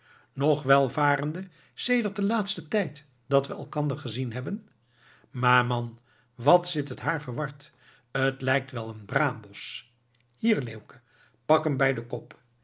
nog welvarende sedert den laatsten tijd dat we elkander gezien hebben maar man wat zit het haar verward het lijkt wel een braambosch hier leeuwke pak hem bij den kop